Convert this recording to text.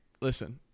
listen